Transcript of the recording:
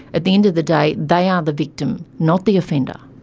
at the end of the day they are the victim, not the offender.